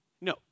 No